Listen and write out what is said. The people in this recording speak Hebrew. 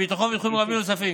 הביטחון ותחומים רבים נוספים.